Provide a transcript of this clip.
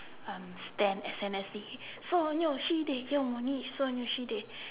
um stan S_N_S_D seonyuh sidae yeongwhonhi seonyuh sidae